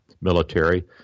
military